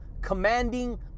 commanding